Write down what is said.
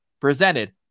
presented